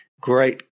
great